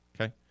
Okay